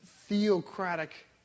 theocratic